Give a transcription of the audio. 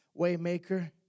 Waymaker